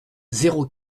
zéro